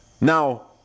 Now